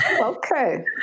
Okay